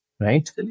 Right